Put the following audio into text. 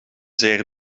zeer